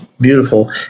beautiful